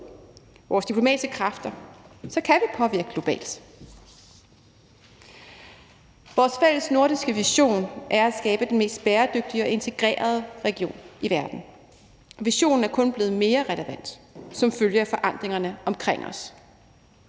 vores diplomatiske kræfter, så kan vi påvirke globalt. Vores fælles nordiske vision er at skabe den mest bæredygtige og integrerede region i verden. Visionen er kun blevet mere relevant som følge af forandringerne omkring os.